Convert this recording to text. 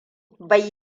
bai